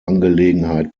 angelegenheit